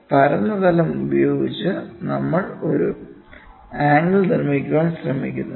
ഈ പരന്ന തലം ഉപയോഗിച്ച് നമ്മൾ ഒരു ആംഗിൾ നിർമ്മിക്കാൻ ശ്രമിക്കുന്നു